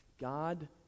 God